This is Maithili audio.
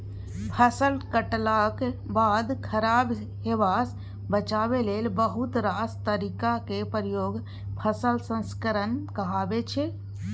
फसल कटलाक बाद खराब हेबासँ बचाबै लेल बहुत रास तरीकाक प्रयोग फसल संस्करण कहाबै छै